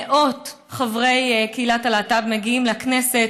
מאות חברי קהילת הלהט"ב מגיעים לכנסת,